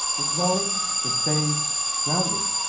in dwelling, it stays grounded.